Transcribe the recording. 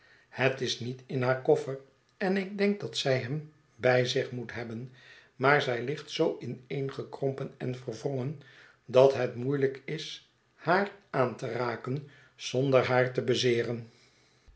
hij is niet in haar koffer en ik denk dat zij hem bij zich moet hebben maar zij ligt zoo ineengekrompen en verwrongen dat het moeielijk is haar aan te raken zonder haar te bezeeren